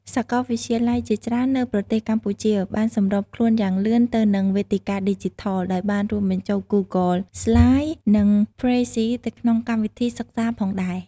សកលវិទ្យាល័យជាច្រើននៅប្រទេសកម្ពុជាបានសម្របខ្លួនយ៉ាងលឿនទៅនឹងវេទិកាឌីជីថល ដោយបានរួមបញ្ចូល Google Slides និង Prezi ទៅក្នុងកម្មវីធីសិក្សាផងដែរ។